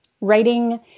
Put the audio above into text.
writing